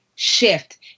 shift